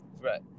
Right